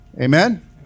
Amen